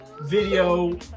video